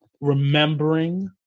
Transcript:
remembering